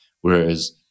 Whereas